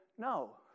No